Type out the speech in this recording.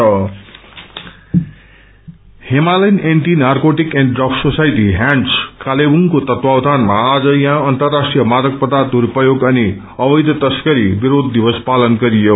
स्राण्डस् Himalayan anti narcotic and drugs society HANDS कालेवुडको तत्वावधानमा आज यहाँ अन्तर्राष्ट्रीय मारक पदार्थ दुस्तयोग अनि अवैध तस्करी विरोष दिवस पालन गरियो